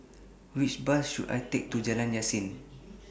Which Bus should I Take to Jalan Yasin